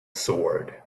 sword